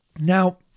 Now